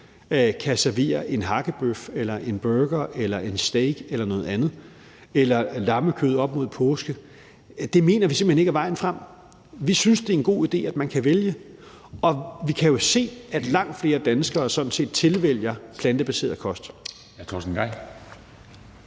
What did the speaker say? kan servere en hakkebøf eller en burger eller en steak eller noget andet eller lammekød op mod påske, mener vi simpelt hen ikke er vejen frem. Vi synes, det er en god idé, at man kan vælge, og vi kan jo se, at langt flere danskere sådan set tilvælger plantebaseret kost.